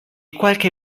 qualche